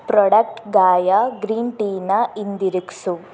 product Gaia green ಟೀಯನ್ನ ಹಿಂದಿರುಗಿಸು